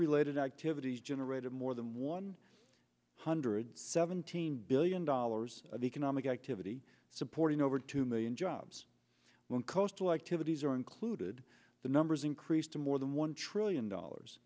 related activities generated more than one hundred seventeen billion dollars of economic activity supporting over two million jobs when coastal activities are included the numbers increased to more than one trillion dollars